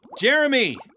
Jeremy